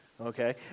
Okay